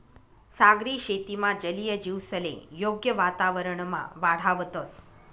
सागरी शेतीमा जलीय जीवसले योग्य वातावरणमा वाढावतंस